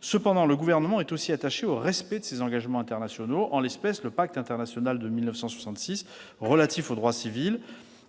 Cependant, le Gouvernement est aussi attaché au respect de ses engagements internationaux. Or, en l'espèce, le Pacte international de 1966 relatif aux droits civils